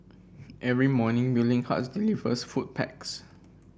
every morning Willing Hearts food packs